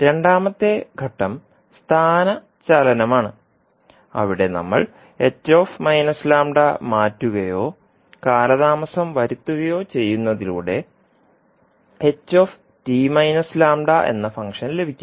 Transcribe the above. രണ്ടാമത്തെ ഘട്ടം സ്ഥാനചലനമാണ് അവിടെ നമ്മൾ മാറ്റുകയോ കാലതാമസം വരുത്തുകയോ ചെയ്യുന്നതിലൂടെ എന്ന ഫംഗ്ഷൻ ലഭിക്കും